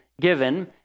given